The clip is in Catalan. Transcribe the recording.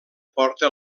porta